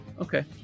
Okay